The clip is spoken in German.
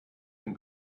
den